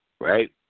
right